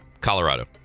Colorado